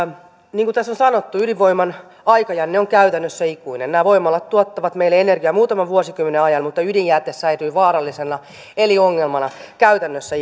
niin kuin tässä on sanottu ydinvoiman aikajänne on käytännössä ikuinen nämä voimalat tuottavat meille energiaa muutaman vuosikymmenen ajan mutta ydinjäte säilyy vaarallisena eli ongelmana käytännössä